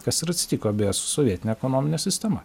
kas ir atsitiko beje su sovietine ekonomine sistema